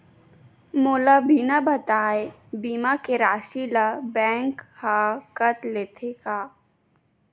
मोला बिना बताय का बीमा के राशि ला बैंक हा कत लेते का?